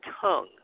tongue